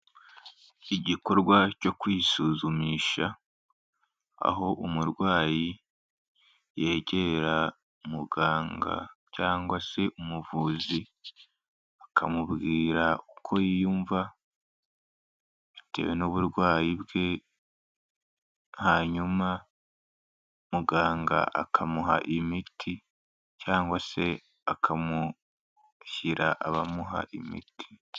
Igikorwa cyo kwisuzumisha, aho umurwayi yegera muganga cyangwa se umuvuzi akamubwira uko yiyumva bitewe n'uburwayi bwe, hanyuma muganga akamuha imiti cyangwa se akamushyira abamuha imiti.